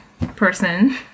person